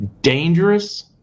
dangerous